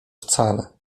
wcale